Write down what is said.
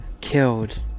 killed